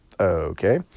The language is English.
Okay